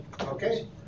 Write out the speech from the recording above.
Okay